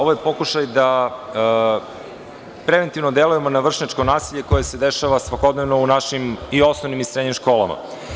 Ovo je pokušaj da preventivno delujemo na vršnjačko nasilje koje se dešava svakodnevno u našim i osnovnim i srednjim školama.